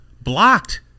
blocked